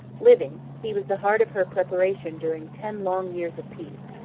living, he was the heart of her preparation during ten long years of peace.